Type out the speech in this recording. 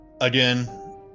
again